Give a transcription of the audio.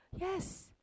yes